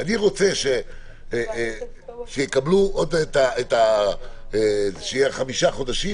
אני רוצה שיקבלו את החמישה חודשים,